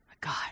God